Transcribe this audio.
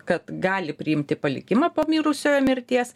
kad gali priimti palikimą po mirusiojo mirties